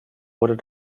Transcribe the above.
oder